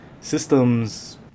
systems